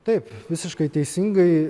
taip visiškai teisingai